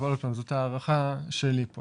זאת הערכה שלי.